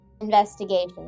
Investigation